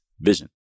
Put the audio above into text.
vision